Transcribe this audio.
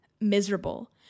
miserable